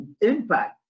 impact